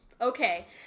Okay